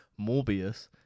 Morbius